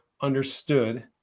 understood